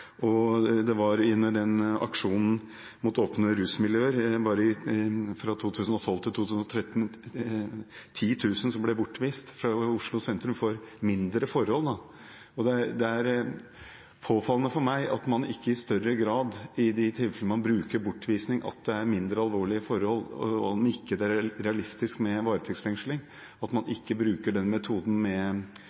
Det var under aksjonen mot åpne rusmiljøer fra 2012 til 2013 10 000 som ble bortvist fra Oslo sentrum for mindre forhold. Det er påfallende for meg at man i de tilfellene ikke i større grad bruker bortvisning, at man ved mindre alvorlige forhold der det ikke er realistisk med varetektsfengsling, ikke bruker metoden med